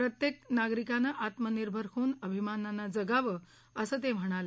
प्रत्येक नागरिकानं आत्मनिर्भर होऊन अभिमानानं जगावं असं ते म्हणाले